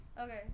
okay